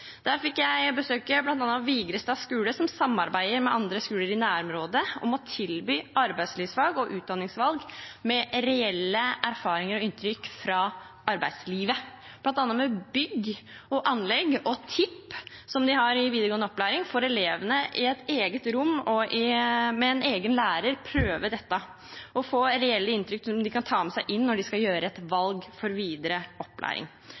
Der fikk jeg besøke bl.a. Vigrestad skule, som samarbeider med andre skoler i nærområdet om å tilby arbeidslivsfag og utdanningsvalg med reelle erfaringer og inntrykk fra arbeidslivet. Blant annet med bygg og anlegg og TIP, som de har i videregående opplæring, får elevene i et eget rom og med en egen lærer prøve dette, og får reelle inntrykk som de kan ta med seg inn når de skal gjøre et valg for videre opplæring.